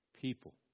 People